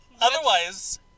Otherwise